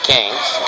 Canes